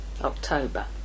October